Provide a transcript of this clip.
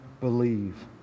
believe